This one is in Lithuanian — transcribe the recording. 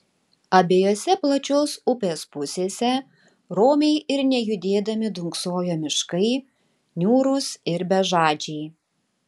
abiejose plačios upės pusėse romiai ir nejudėdami dunksojo miškai niūrūs ir bežadžiai